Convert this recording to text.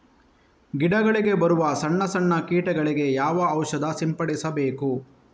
ಗಿಡಗಳಿಗೆ ಬರುವ ಸಣ್ಣ ಸಣ್ಣ ಕೀಟಗಳಿಗೆ ಯಾವ ಔಷಧ ಸಿಂಪಡಿಸಬೇಕು?